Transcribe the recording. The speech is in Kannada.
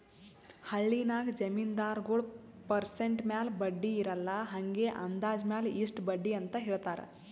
ಹಳ್ಳಿನಾಗ್ ಜಮೀನ್ದಾರಗೊಳ್ ಪರ್ಸೆಂಟ್ ಮ್ಯಾಲ ಬಡ್ಡಿ ಇರಲ್ಲಾ ಹಂಗೆ ಅಂದಾಜ್ ಮ್ಯಾಲ ಇಷ್ಟ ಬಡ್ಡಿ ಅಂತ್ ಹೇಳ್ತಾರ್